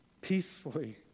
peacefully